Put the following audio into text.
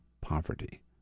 poverty